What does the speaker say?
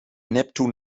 neptun